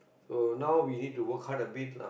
so now we need to work hard a bit lah